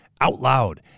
OutLoud